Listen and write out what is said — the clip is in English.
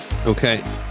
Okay